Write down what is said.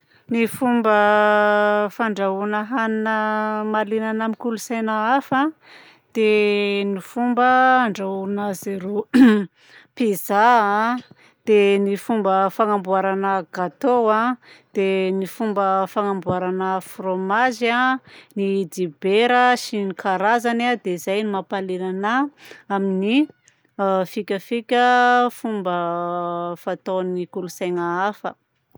Ny fomba fandrahoana hanina mahaliana anahy amin'ny kolontsaina hafa a dia ny fomba handrahoana azareo pizza a dia ny fomba fagnamboarana gâteau a, dia ny fomba fagnamboarana fromage a, ny dibera sy ny karazany a. Dia izay no mampahaliana anahy amin'ny fikafika fomba fataon'ny kolontsaina hafa.